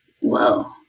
Whoa